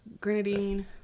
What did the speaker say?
Grenadine